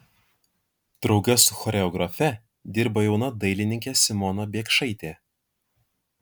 drauge su choreografe dirba jauna dailininkė simona biekšaitė